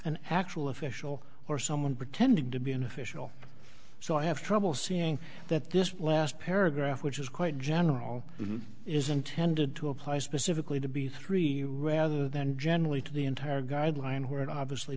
an actual official or someone pretending to be an official so i have trouble seeing that this last paragraph which is quite general is intended to apply specifically to be three rather than generally to the entire guideline where it obviously